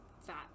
fat